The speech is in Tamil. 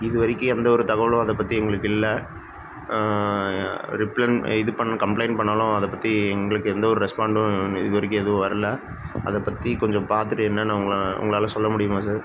இது வரைக்கும் எந்த ஒரு தகவலும் அதைப் பற்றி எங்களுக்கு இல்லை ரிப்ளன் இது பண்ணும் கம்ப்ளைண்ட் பண்ணிணாலும் அதைப் பற்றி எங்களுக்கு எந்த ஒரு ரெஸ்பாண்டும் இது வரைக்கும் எதுவும் வரல அதைப் பற்றி கொஞ்சம் பார்த்துட்டு என்னென்னு உங்களால் உங்களால் சொல்ல முடியுமா சார்